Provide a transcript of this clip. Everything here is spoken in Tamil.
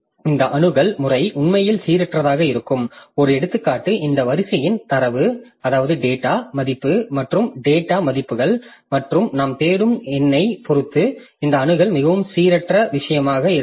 இந்த அணுகல் முறை உண்மையில் சீரற்றதாக இருக்கும் ஒரு எடுத்துக்காட்டு இந்த வரிசையின் தரவு மதிப்பு மற்றும் தரவு மதிப்புகள் மற்றும் நாம் தேடும் எண்ணைப் பொறுத்து இந்த அணுகல் மிகவும் சீரற்ற விஷயமாக இருக்கலாம்